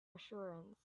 assurance